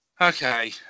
Okay